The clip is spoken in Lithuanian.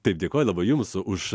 taip dėkoju labai jums už